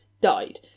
died